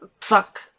Fuck